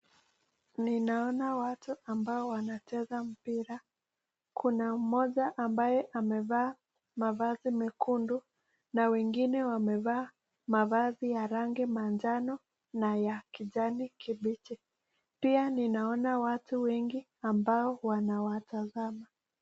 Ninaona watu ambao wanacheza mpira. Kuna mmoja ambaye amevaa mavazi mekundu na wengine wamevaa mavazi ya rangi manjano na ya kijani kibichi. Pia ninaona watu wengi ambao wanawatazama.